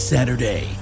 Saturday